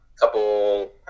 couple